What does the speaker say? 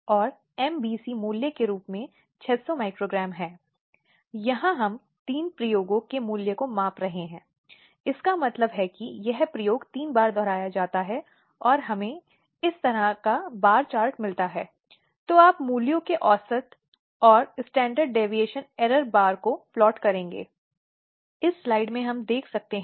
उसे अपनी सहमति का उपयोग करने का अधिकार है उसकी सहमति के बिना यह तय करना कि क्या करना है और क्या नहीं और सिर्फ इसलिए कि वह ऐसी महिला है इसका मतलब यह नहीं है कि उसके द्वारा किए गए किसी भी दावे को खारिज कर दिया जाना है